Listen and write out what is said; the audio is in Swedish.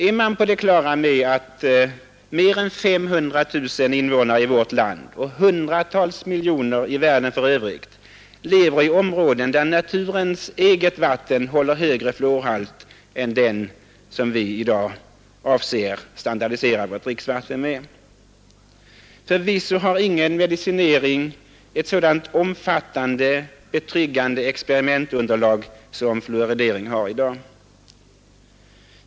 Är man på det klara med att mer än 500 000 invånare i vårt land och hundratals miljoner människor i världen för övrigt lever i områden där naturens eget vatten håller högre fluorhalt än den som vi i dag avser att standardisera vårt dricksvatten med? Förvisso har ingen medicinering ett så omfattande, betryggande experimentunderlag som fluorideringen har i dag.